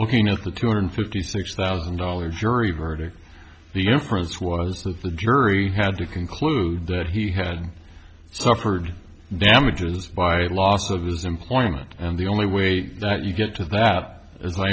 looking at the two hundred fifty six thousand dollars jury verdict the inference was that the jury had to conclude that he had suffered damages by a loss of his employment and the only way that you get to that is